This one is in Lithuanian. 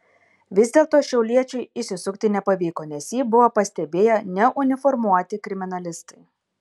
vis dėlto šiauliečiui išsisukti nepavyko nes jį buvo pastebėję neuniformuoti kriminalistai